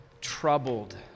troubled